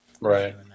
Right